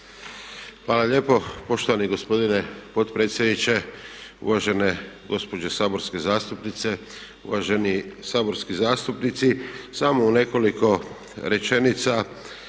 Hvala lijepo poštovani gospodine potpredsjedniče, uvažene gospođe saborske zastupnice, uvaženi saborski zastupnici. Samo u nekoliko rečenica